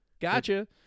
Gotcha